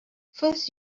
first